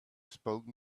spoken